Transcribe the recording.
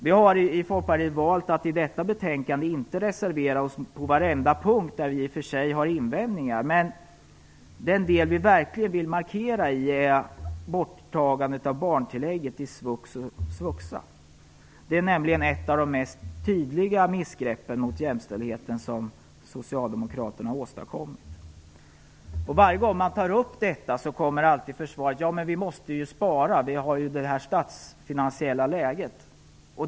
Vi har i Folkpartiet valt att inte reservera oss på varenda punkt där vi i detta betänkande i och för sig har invändningar, men den del där vi verkligen vill göra en markering gäller borttagandet av barntillägget i svux och svuxa. Det är nämligen ett av de tydligaste missgreppen mot jämställdheten som socialdemokraterna har åstadkommit. Varje gång som vi tar upp detta anförs alltid som försvar: Men man måste ju spara i rådande statsfinansiella läge.